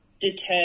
deter